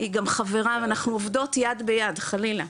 היא גם חברה ואנחנו עובדות יד ביד, חלילה,